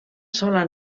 sola